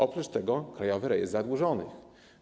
Oprócz tego Krajowy Rejestr Zadłużonych.